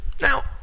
Now